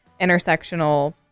intersectional